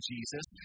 Jesus